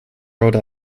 rhode